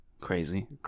crazy